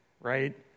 right